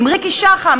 עם ריקי שחם,